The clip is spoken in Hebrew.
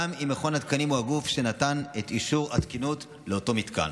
גם אם מכון התקנים הוא הגוף שנתן את אישור התקינות לאותו מתקן.